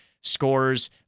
scores